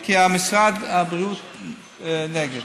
כי משרד הבריאות נגד.